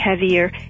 heavier